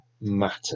matter